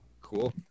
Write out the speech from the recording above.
Cool